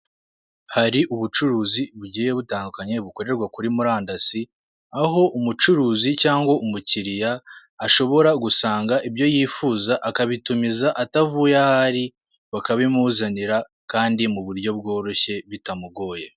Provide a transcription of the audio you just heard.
Hari ubucuruzi bugiye butandukanye bukorerwa kuri murandasi aho umucuruzi cyangwa umukiriya ashobora gusanga ibyo yifuza, akabitumiza atavuye aho ari bakabimuzanira kandi mu buryo bworoshye bitamugoye.